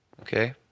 Okay